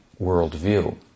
worldview